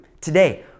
Today